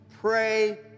pray